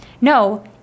No